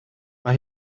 mae